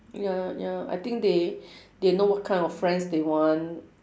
ya ya I think they they know what kind of friends they want